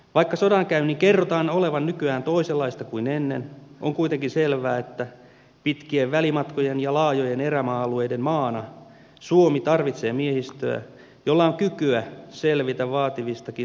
vaikka sodankäynnin kerrotaan olevan nykyään toisenlaista kuin ennen on kuitenkin selvää että pitkien välimatkojen ja laajojen erämaa alueiden maana suomi tarvitsee miehistöä jolla on kykyä selvitä vaativistakin maasto olosuhteista